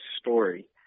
story